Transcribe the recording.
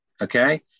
okay